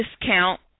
discount